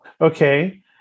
Okay